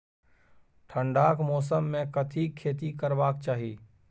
ठंडाक मौसम मे कथिक खेती करबाक चाही?